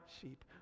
sheep